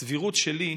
הסבירות שלי,